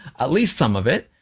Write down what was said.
at least some of it.